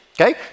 Okay